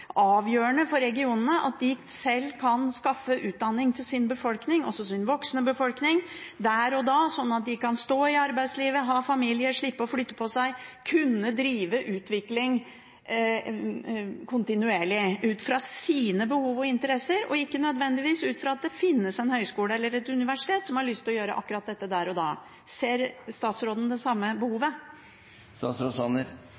avgjørende for regionene at de sjøl kan skaffe utdanning til sin befolkning – også til sin voksne befolkning – der og da, slik at de kan stå i arbeidslivet, ha familie, slippe å flytte på seg, kunne drive utvikling kontinuerlig ut fra sine behov og interesser, og ikke nødvendigvis ut fra at det finnes en høyskole eller et universitet som har lyst til å gjøre akkurat dette der og da. Ser statsråden det samme